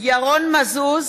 ירון מזוז,